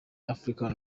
african